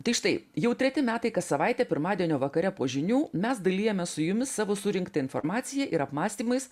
tik štai jau treti metai kas savaitę pirmadienio vakare po žinių mes dalijamės su jumis savo surinkta informacija ir apmąstymais